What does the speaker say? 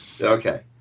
Okay